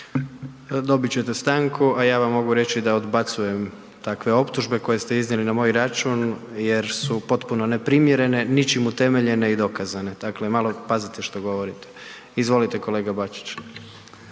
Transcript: Dobit ćete stanku. A ja vam mogu reći da odbacujem takve optužbe koje ste iznijeli na moj račun jer su potpuno neprimjerene, ničim utemeljene i dokazane. Dakle, malo pazite što govorite. Izvolite kolega Bačić.